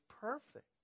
perfect